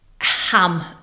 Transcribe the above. ham